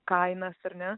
kainas ar ne